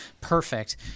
Perfect